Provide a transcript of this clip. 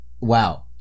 wow